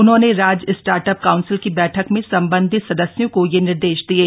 उन्होंने राज्य start up council की बैठक में सम्बन्धित सदस्यों को यह निर्देश दिये